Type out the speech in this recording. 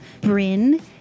Bryn